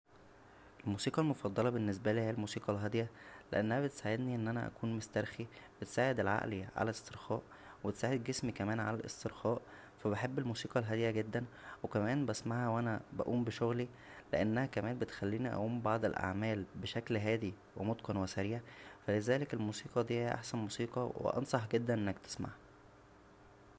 الموسيقى المفضله بالنسبالى هى الموسيقى الهاديه لانها بتساعدنى انى اكون مسترخى بتساعد العقل على الاسترخاء بتساعد جسمى كمان على الاسترخاء فا بحب الموسيقى الهاديه جدا وكمان بسمعها وانا بقوم بشغلى لانها كمان بتخالينى اقوم ببعض الاعمال بشكل هادى ومتقن وسريع لذلك الموسيقى دى هى احسن موسيقى وانصح جدا انك تسمعها